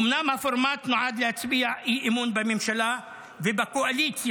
אומנם הפורמט נועד להצבעה על אי-אמון בממשלה ובקואליציה,